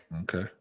Okay